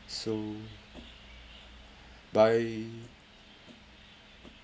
so by